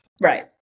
Right